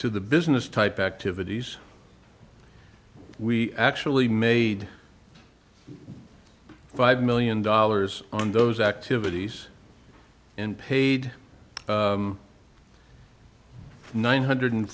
to the business type activities we actually made five million dollars on those activities and paid nine hundred